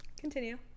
continue